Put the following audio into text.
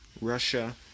Russia